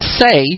say